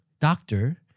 doctor